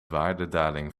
waardedaling